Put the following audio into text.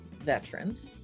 veterans